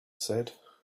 said